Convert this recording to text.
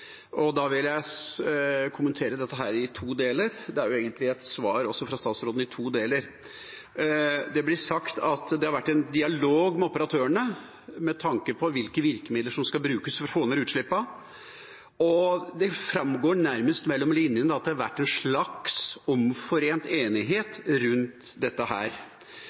Da vil jeg kommentere dette i to deler. Egentlig er svaret fra statsråden i to deler. Det blir sagt at det har vært en dialog med operatørene med tanke på hvilke virkemidler som skal brukes for å få ned utslippene. Det framgår, nærmest mellom linjene, at det har vært en slags omforent enighet rundt dette.